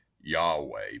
Yahweh